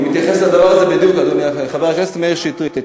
אני מתייחס לדבר הזה בדיוק, חבר הכנסת מאיר שטרית.